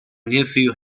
nephew